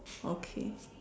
okay